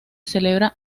celebra